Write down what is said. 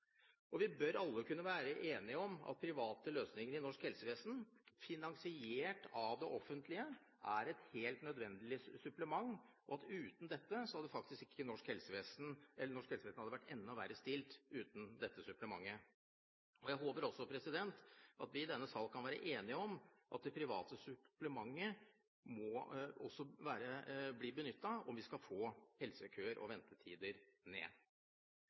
Vi bør alle kunne være enige om at private løsninger i norsk helsevesen finansiert av det offentlige er et helt nødvendig supplement, og at uten dette hadde norsk helsevesen vært enda verre stilt. Jeg håper at vi i denne sal kan være enige om at det private supplementet også må bli benyttet om vi skal få helsekøer og ventetider ned.